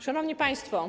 Szanowni Państwo!